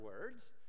words